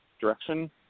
direction